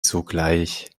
sogleich